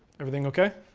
everything ok?